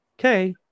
okay